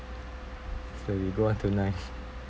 so we go on to nine